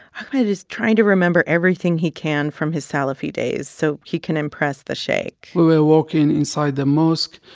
ahmed is trying to remember everything he can from his salafi days so he can impress the sheikh we were walking inside the mosque.